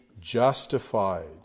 justified